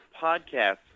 podcast